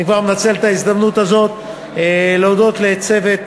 אני כבר מנצל את ההזדמנות הזאת להודות לצוות